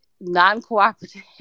non-cooperative